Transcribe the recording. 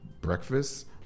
breakfast